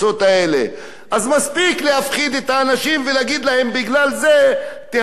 אז מספיק להפחיד את האנשים ולהגיד להם: בגלל זה תהדקו את החגורות,